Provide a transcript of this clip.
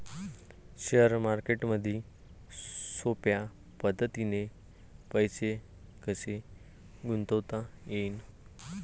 Share मार्केटमधी सोप्या पद्धतीने पैसे कसे गुंतवता येईन?